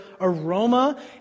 aroma